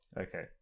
Okay